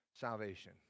salvation